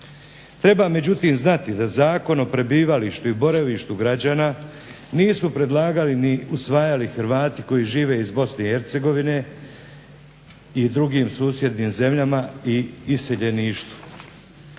Treba međutim znati da zakon o prebivalištu i boravištu građana nisu predlagali ni usvajali Hrvati koji žive iz BiH i drugim susjednim zemljama i iseljeništvu.